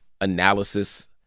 analysis